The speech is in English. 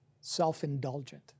self-indulgent